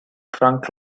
trunk